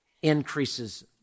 increases